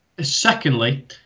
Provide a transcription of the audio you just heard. Secondly